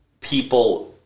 People